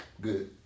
good